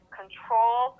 control